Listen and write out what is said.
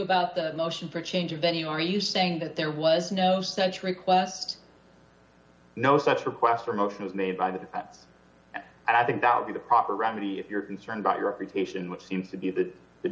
about the motion for a change of venue are you saying that there was no such request no such request or most was made by the i think that would be the proper remedy if you're concerned about your reputation which seems to be the the